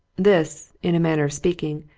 this, in a manner of speaking,